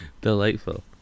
Delightful